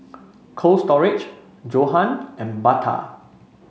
Cold Storage Johan and Bata